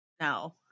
No